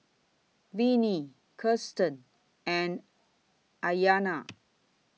Vinie Kirsten and Aryana